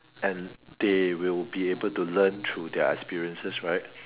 and they will be able to learn through their experiences right